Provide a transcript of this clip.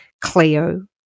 Cleo